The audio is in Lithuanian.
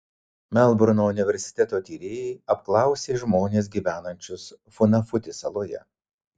melburno universiteto tyrėjai apklausė žmones gyvenančius funafuti saloje